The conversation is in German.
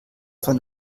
von